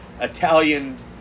Italian